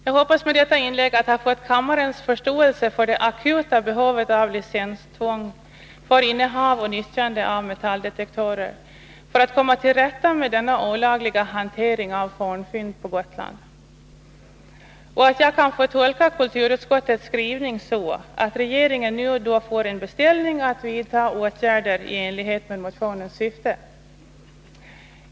Jag hoppas med detta inlägg ha fått kammarens förståelse för det akuta behovet av licenstvång för innehav och nyttjande av metalldetektorer för att komma till rätta med denna olagliga hantering av fornfynd på Gotland. Jag hoppas också att jag kan tolka kulturutskottets skrivning så, att regeringen nu får en beställning att vidta åtgärder i enlighet med motionens syfte.